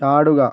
ചാടുക